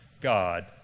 God